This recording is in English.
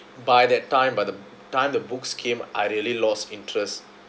by that time by the time the books came I really lost interest